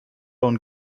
und